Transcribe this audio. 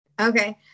Okay